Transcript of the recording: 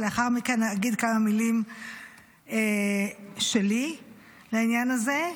ולאחר מכן אגיד כמה מילים שלי לעניין הזה.